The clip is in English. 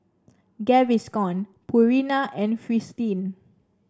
Gaviscon Purina and Fristine